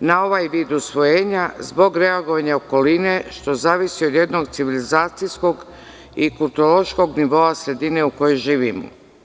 na ovaj vid usvojenja zbog reagovanja okoline, što zavisi od jednog civilizacijskog i kulturološkog nivoa sredine u kojoj živimo.